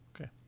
Okay